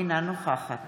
אינה נוכחת